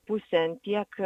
pusę tiek